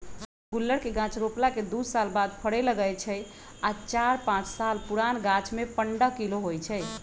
गुल्लर के गाछ रोपला के दू साल बाद फरे लगैए छइ आ चार पाच साल पुरान गाछमें पंडह किलो होइ छइ